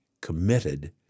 committed